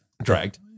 dragged